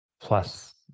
plus